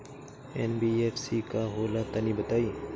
NBFC का होला तनि बताई?